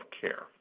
care